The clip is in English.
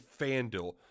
FanDuel